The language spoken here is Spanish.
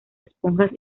esponjas